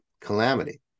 calamity